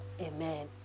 Amen